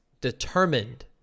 determined